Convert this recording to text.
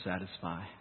satisfy